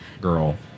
girl